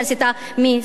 מסבכים.